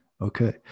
Okay